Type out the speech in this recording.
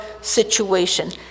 situation